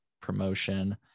promotion